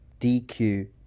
DQ